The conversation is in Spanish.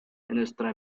nuestra